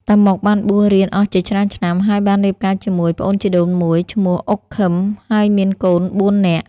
តាម៉ុក បានបួសរៀនអស់ជាច្រើនឆ្នាំ ហើយ បានរៀបការជាមួយប្អូនជីដូនមួយឈ្មោះ អ៊ុក ឃឹម ហើយមានកូនបួននាក់។